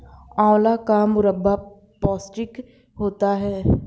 आंवला का मुरब्बा पौष्टिक होता है